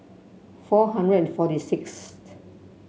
four hundred and forty sixth